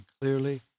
clearly